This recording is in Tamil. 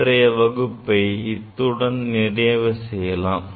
இன்றைய இந்த வகுப்பை இத்துடன் நிறைவு செய்யலாம்